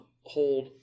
hold